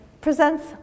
presents